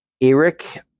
Eric